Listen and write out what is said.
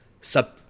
sub